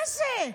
מה זה?